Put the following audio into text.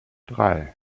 drei